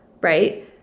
right